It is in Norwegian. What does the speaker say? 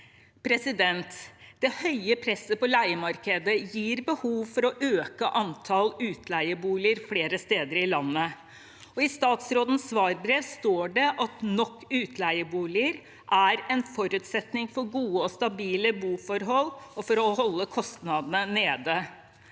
boligfeltet. Det høye presset på leiemarkedet gir behov for å øke antall utleieboliger flere steder i landet. I statsrådens svarbrev står det at nok utleieboliger er en forutsetning for gode og stabile boforhold og for å holde kostnadene